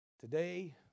Today